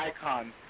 icon